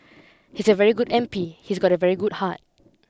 he's a very good M P he's got a very good heart